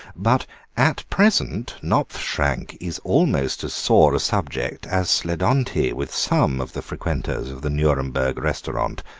but at present knopfschrank is almost as sore a subject as sledonti with some of the frequenters of the nuremberg restaurant,